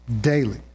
daily